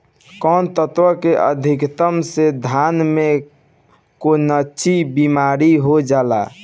कौन तत्व के अधिकता से धान में कोनची बीमारी हो जाला?